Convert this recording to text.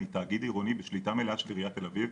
אני תאגיד עירוני בשליטה מלאה של עיריית תל אביב,